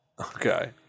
Okay